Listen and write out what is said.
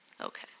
Okay